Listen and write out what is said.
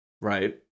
Right